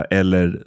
eller